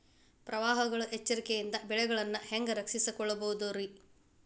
ಪ್ರವಾಹಗಳ ಎಚ್ಚರಿಕೆಯಿಂದ ಬೆಳೆಗಳನ್ನ ಹ್ಯಾಂಗ ರಕ್ಷಿಸಿಕೊಳ್ಳಬಹುದುರೇ?